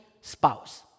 spouse